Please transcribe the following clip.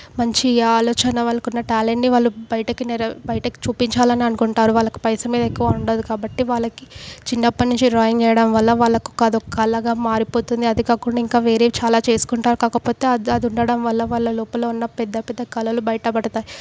మంచి ఆలోచన వాళ్ళకున్న ట్యాలెంట్ని వాళ్ళు బయటకి నెర బయటకి చూపించాలి అని అనుకుంటారు వాళ్ళకి పైస మీద ఎక్కువ ఉండదు కాబట్టి వాళ్ళకి చిన్నప్పటి నుంచి డ్రాయింగ్ వేయడం వల్ల వాళ్ళకి అది ఒక కళగా మారిపోతుంది అదే కాకుండా ఇంకా వేరేవి చాలా చేసుకుంటారు కాకపోతే అది ఉండడం వల్ల వాళ్ళ లోపల ఉన్న పెద్ద పెద్ద కళలు బయట పడతాయి